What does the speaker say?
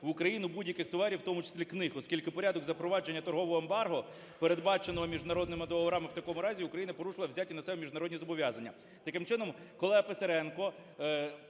в Україну будь-яких товарів, у тому числі книг. Оскільки порядок запровадження торгового ембарго передбачено міжнародними договорами, в такому разі Україна порушила взяті на себе міжнародні зобов'язання. Таким чином, колега Писаренко